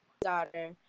daughter